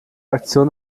aktion